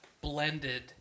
blended